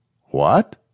What